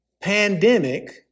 pandemic